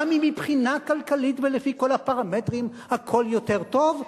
גם אם מבחינה כלכלית ולפי כל הפרמטרים הכול יותר טוב,